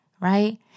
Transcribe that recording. right